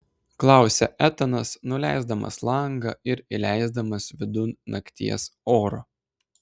klausia etanas nuleisdamas langą ir įleisdamas vidun nakties oro